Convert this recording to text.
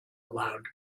loud